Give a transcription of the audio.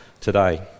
today